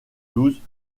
blues